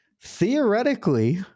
Theoretically